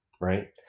right